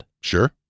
Sure